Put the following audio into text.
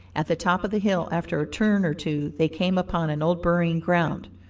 at the top of the hill after a turn or two they came upon an old burying-ground.